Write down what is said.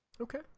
Okay